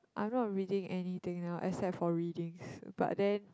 I'm not reading anything now except for readings but then